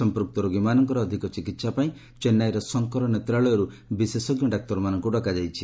ସମ୍ପ୍ରକ୍ତ ରୋଗୀମାନଙ୍କର ଅଧିକ ଚିକିହାପାଇଁ ଚେନ୍ନାଇର ଶଙ୍କର ନେତ୍ରାଳୟରୁ ବିଶେଷଜ୍ଞ ଡାକ୍ତରମାନଙ୍କୁ ଡକାଯାଇଛି